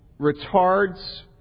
retards